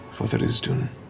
for tharizdun.